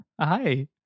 Hi